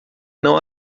não